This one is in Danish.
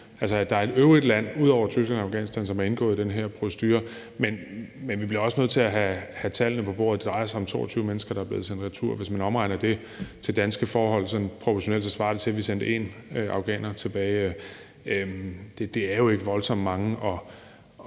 der er et øvrigt land ud over Tyskland og Afghanistan, som er indgået i den her procedure. Men vi bliver også nødt til at have tallene på bordet. Det drejer sig om 22 mennesker, der er blevet sendt retur. Hvis man omregner det til danske forhold, svarer det sådan proportionelt til, at vi sendte én afghaner tilbage. Det er jo ikke voldsomt mange,